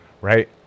right